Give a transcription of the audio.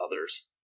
others